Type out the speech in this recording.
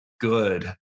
good